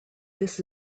this